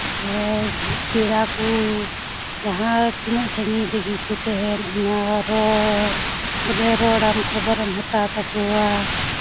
ᱯᱮᱲᱟ ᱠᱚ ᱡᱟᱦᱟᱸ ᱛᱤᱱᱟᱹᱜ ᱥᱟᱺᱜᱤᱧ ᱨᱮᱜᱮ ᱠᱚ ᱛᱟᱦᱮᱱ ᱚᱱᱟ ᱨᱚᱲ ᱵᱚᱞᱮ ᱨᱚᱲᱟᱢ ᱠᱷᱚᱵᱚᱨᱮᱢ ᱦᱟᱛᱟᱣ ᱛᱟᱠᱚᱣᱟ